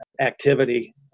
activity